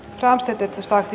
ranska teki startti